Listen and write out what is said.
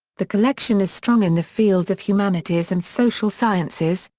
the collection is strong in the fields of humanities and social sciences,